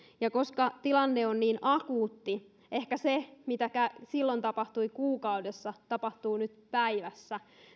ja koska tilanne on niin akuutti ehkä se mitä silloin tapahtui kuukaudessa tapahtuu nyt päivässä